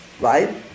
Right